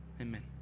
amen